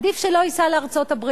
עדיף שלא ייסע לארצות-הברית,